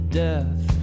death